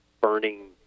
burning